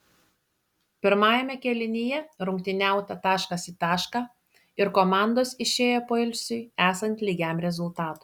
pirmajame kėlinyje rungtyniauta taškas į tašką ir komandos išėjo poilsiui esant lygiam rezultatui